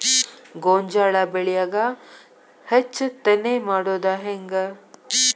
ಗೋಂಜಾಳ ಬೆಳ್ಯಾಗ ಹೆಚ್ಚತೆನೆ ಮಾಡುದ ಹೆಂಗ್?